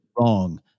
wrong